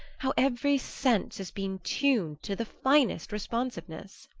how every sense has been tuned to the finest responsiveness.